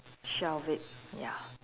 shelf it ya